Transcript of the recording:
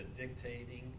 dictating